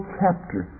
chapter